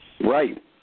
Right